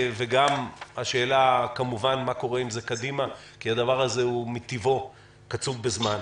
וגם כמובן השאלה מה קורה עם זה קדימה כי הדבר הזה מטיבו קצוב בזמן.